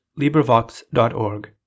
librivox.org